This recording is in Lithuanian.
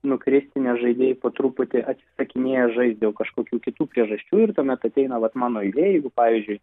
nukristi nes žaidėjai po truputį atsisakinėja žaisti dėl kažkokių kitų priežasčių ir tuomet ateina vat mano eilė jeigu pavyzdžiui